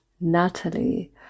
Natalie